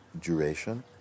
duration